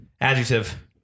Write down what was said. Adjective